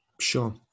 sure